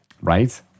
Right